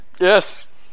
Yes